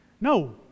No